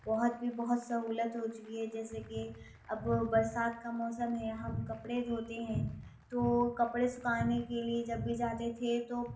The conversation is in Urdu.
بہت بھی بہت سہولت ہو چکی ہے جیسے کہ اب برسات کا موسم ہے ہم کپڑے دھوتے ہیں تو کپڑے سکھانے کے لیے جب بھی جاتے تھے تو